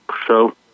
show